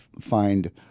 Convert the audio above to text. find